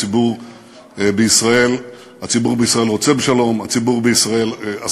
התנועה האסלאמית, לך אין מה לחפש, (חבר הכנסת